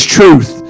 truth